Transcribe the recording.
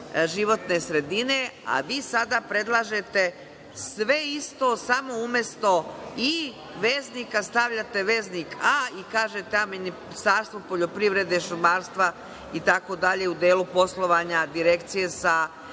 životne sredine, a vi sada predlažete sve isto, samo umesto veznika „i“, stavljate veznik „a“ i kažete – ta ministarstva poljoprivrede, šumarstva itd, u delu poslovanja Direkcije sa